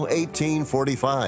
1845